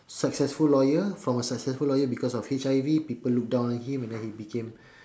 successful lawyer from a successful lawyer because of H_I_V people look down on him and then he became